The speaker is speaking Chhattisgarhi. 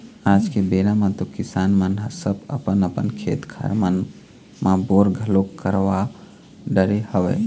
आज के बेरा म तो किसान मन ह सब अपन अपन खेत खार मन म बोर घलोक करवा डरे हवय